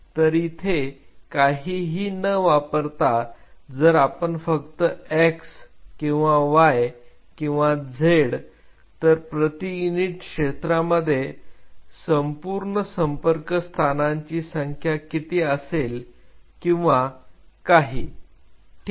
तर इथे काहीही न वापरता जर आपण फक्त x किंवा y किंवा z तर प्रति युनिट क्षेत्रांमध्ये संपूर्ण संपर्क स्थानांची संख्या किती असेल किंवा काही ठीक आहे